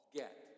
get